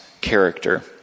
character